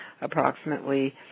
approximately